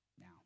Now